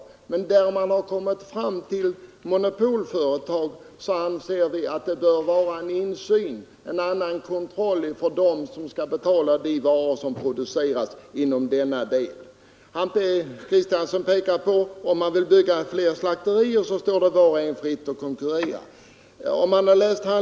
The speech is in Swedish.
Men där det uppstått monopolföretag anser vi att det bör finnas insyn för dem som skall betala de varor som produceras inom denna del av näringslivet. Herr Kristiansson säger att det står var och en fritt att konkurrera som vill bygga slakterier.